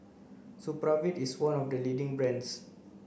Supravit is one of the leading brands